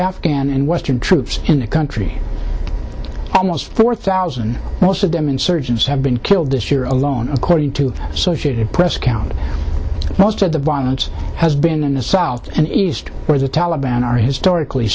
afghan and western troops in the country almost four thousand most of them insurgents have been killed this year alone according to associated press accounts most of the violence has been in the south and east where the taliban are historically